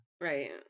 Right